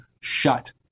shut